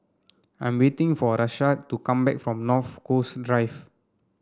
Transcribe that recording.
I'm waiting for Rashad to come back from North Coast Drive